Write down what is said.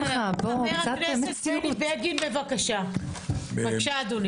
חבר הכנסת בני בגין, בבקשה אדוני.